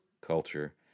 culture